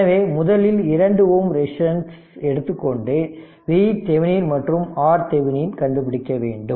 எனவே முதலில் 2Ω ரெசிஸ்டன்ஸ் எடுத்துக்கொண்டு VThevenin மற்றும் RThevenin கண்டுபிடிக்க வேண்டும்